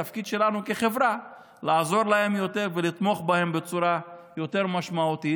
התפקיד שלנו כחברה לעזור להם יותר ולתמוך בהם בצורה יותר משמעותית.